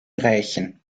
rächen